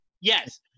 Yes